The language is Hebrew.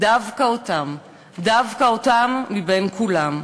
דווקא אותם, דווקא אותם מבין כולם,